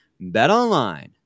BetOnline